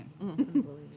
Unbelievable